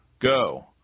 Go